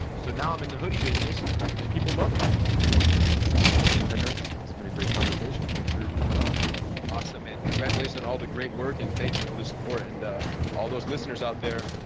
so now i'm in the hoodie business and people love it there you go. well rener, it has been a great conversation. thanks for coming on man awesome, man. congratulations on all the great work and thank you for the support and all those listeners out there,